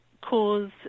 cause